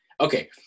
Okay